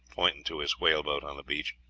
pointing to his whaleboat on the beach,